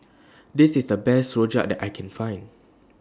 This IS The Best Rojak that I Can Find